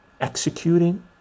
executing